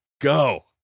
go